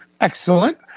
Excellent